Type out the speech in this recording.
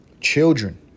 children